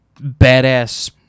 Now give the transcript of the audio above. badass